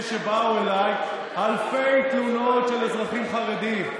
שבאו אליי אלפי תלונות של אזרחים חרדים.